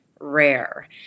rare